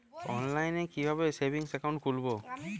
অনলাইনে কিভাবে savings account খুলবো?